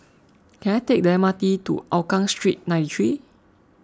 can I take the M R T to Hougang Street ninety three